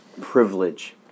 privilege